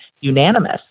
unanimous